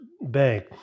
bank